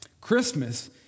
Christmas